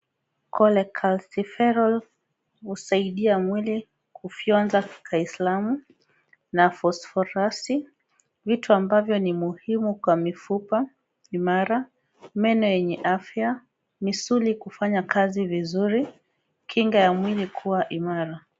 Colecalcipherol husaidia mwili kufyonza kiislamu na phosphorus ambayo ni muhimu kwa mifupa imara meno yenye afya na misuli kufanya kazi vizuri kinga ya mwili kuwa imara.